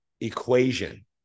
equation